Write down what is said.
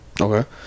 Okay